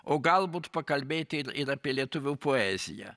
o galbūt pakalbėti ir ir apie lietuvių poeziją